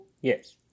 Yes